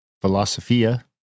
philosophia